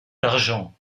argent